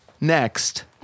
next